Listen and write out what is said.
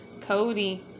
Cody